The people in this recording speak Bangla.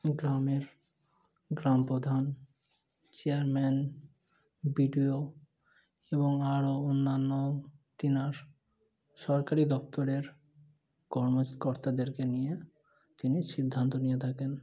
গ্রামের গ্রাম প্রধান চেয়ারম্যান বি ডি ও এবং আরও অন্যান্য তার সরকারি দফতরের কর্মকর্তাদেরকে নিয়ে তিনি সিদ্ধান্ত নিয়ে থাকেন